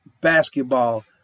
basketball